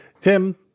Tim